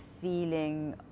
feeling